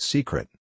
Secret